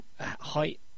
Height